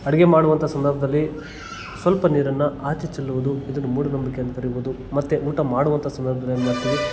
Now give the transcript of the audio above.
ಅಡಿಗೆ ಮಾಡುವಂಥ ಸಂದರ್ಭದಲ್ಲಿ ಸ್ವಲ್ಪ ನೀರನ್ನು ಆಚೆ ಚೆಲ್ಲುವುದು ಇದನ್ನ ಮೂಢನಂಬಿಕೆ ಅಂತ ಕರಿಬೋದು ಮತ್ತು ಊಟ ಮಾಡುವಂಥ ಸಂದರ್ಬ್ದಲ್ಲಿ ಏನು ಮಾಡ್ತೀವಿ